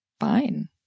fine